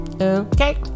okay